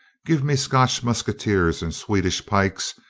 give me scotch musketeers and swed ish pikes,